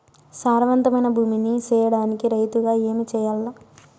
సారవంతమైన భూమి నీ సేయడానికి రైతుగా ఏమి చెయల్ల?